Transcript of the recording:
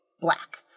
black